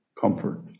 comfort